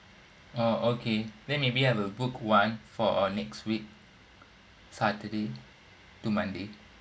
oh okay then maybe I will book one for uh next week saturday to monday